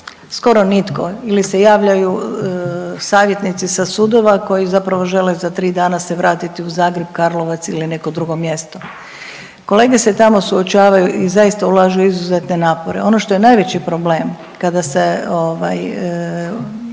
skoro nitko ili se javljaju savjetnici sa sudova koji zapravo žele za 3 dana se vratiti u Zagreb, Karlovac ili neko drugo mjesto. Kolege se tamo suočavaju i zaista ulažu izuzetne napore. Ono što je najveći problem, kada se